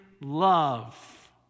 love